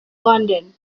london